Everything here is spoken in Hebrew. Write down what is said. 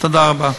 תודה רבה.